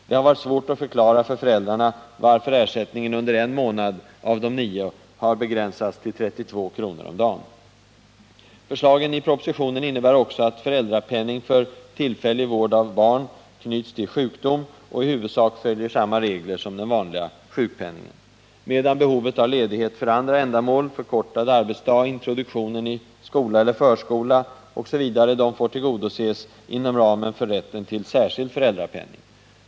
Det har varit svårt att förklara för föräldrarna varför ersättningen under en månad av de nio har begränsats till 32 kr. per dag. Förslagen i propositionen innebär också att föräldrapenning för tillfällig vård av barn knyts till sjukdom och i huvudsak följer samma regler som den vanliga sjukpenningen, medan behovet av ledighet för andra ändamål -— förkortad arbetsdag, introduktion i skola eller förskola osv. — får tillgodoses inom ramen för rätten till särskild föräldrapenning.